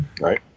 Right